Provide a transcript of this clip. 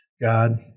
God